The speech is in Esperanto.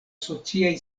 sociaj